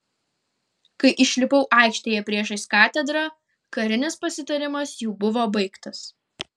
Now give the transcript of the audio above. kai išlipau aikštėje priešais katedrą karinis pasitarimas jau buvo baigtas